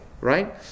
right